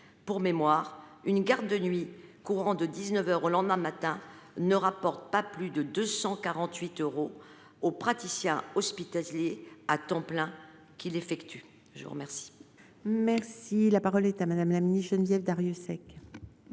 Pour mémoire, une garde de nuit courant de dix neuf heures au lendemain matin ne rapporte pas plus de 248 euros aux praticiens hospitaliers à temps plein qui l’effectuent. La parole